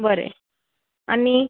बरें आनी